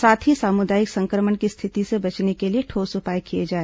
साथ ही सामुदायिक संक्रमण की स्थिति से बचने के लिए ठोस उपाय किए जाए